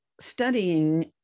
studying